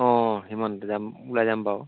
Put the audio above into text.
অঁ সিমানতে যাম ওলাই যাম বাৰু